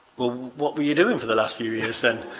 what were you doing for the last few years, then?